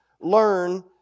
learn